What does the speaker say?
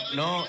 no